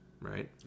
right